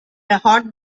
hot